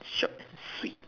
short and free